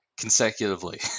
consecutively